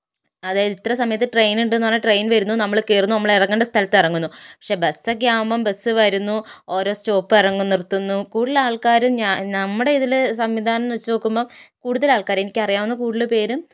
അതായത് ഇത്ര സമയത്ത് ട്രെയിൻ ഉണ്ടെന്നു പറയുന്നു ട്രെയിൻ വരുന്നു നമ്മൾ കയറുന്നു നമ്മൾ ഇറങ്ങേണ്ട സ്ഥലത്ത് ഇറങ്ങുന്നു പക്ഷേ ബസ് ഒക്കെ ആകുമ്പോൾ ബസ് വരുന്നു ഓരോ സ്റ്റോപ്പ് ഇറങ്ങുന്നു നിർത്തുന്നു കൂടുതൽ ആൾക്കാരും നമ്മുടെ ഇതിൽ സംവിധാനം എന്ന് വെച്ച് നോക്കുമ്പോൾ കൂടുതൽ ആൾക്കാരെ എനിക്കറിയാവുന്ന കൂടുതൽ പേരും